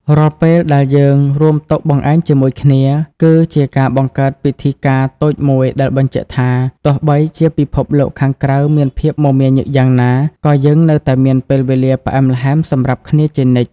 រាល់ពេលដែលយើងរួមតុបង្អែមជាមួយគ្នា គឺជាការបង្កើតពិធីការណ៍តូចមួយដែលបញ្ជាក់ថា ទោះបីជាពិភពលោកខាងក្រៅមានភាពមមាញឹកយ៉ាងណា ក៏យើងនៅតែមានពេលវេលាផ្អែមល្ហែមសម្រាប់គ្នាជានិច្ច។